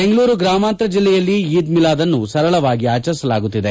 ಬೆಂಗಳೂರು ಗ್ರಾಮಾಂತರ ಜಿಲ್ಲೆಯಲ್ಲಿ ಈದ್ ಮಿಲಾದ್ನ್ನು ಸರಳವಾಗಿ ಆಚರಿಸಲಾಗುತ್ತಿದೆ